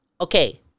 Okay